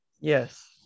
Yes